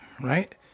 right